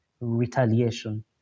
retaliation